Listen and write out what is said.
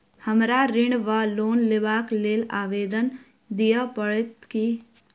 हमरा ऋण वा लोन लेबाक लेल आवेदन दिय पड़त की?